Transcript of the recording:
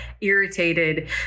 irritated